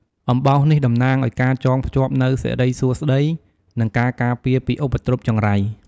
អំបោះនេះតំណាងឲ្យការចងភ្ជាប់នូវសិរីសួស្តី និងការការពារពីឧបទ្រពចង្រៃ។